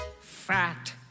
Fat